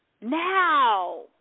now